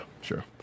sure